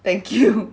thank you